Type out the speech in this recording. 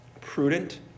prudent